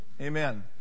Amen